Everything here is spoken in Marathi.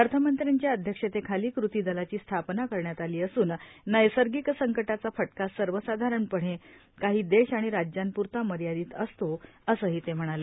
अर्थमंत्र्यांच्या अध्यक्षतेखाली कृती दलाची स्थापना करण्यात आली असून नैर्सगिक संकटांचा फटका सर्वसाधारणपणे काही देश किंवा राज्यांप्रता मर्यादित असतो असंही ते म्हणाले